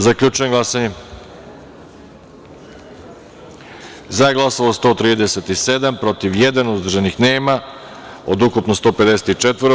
Zaključujem glasanje: za - 137, protiv - jedan, uzdržanih – nema, ukupno – 154.